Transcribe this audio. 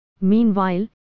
Meanwhile